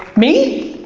me?